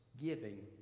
giving